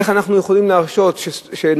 איך אנחנו יכולים להרשות שנכים,